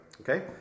Okay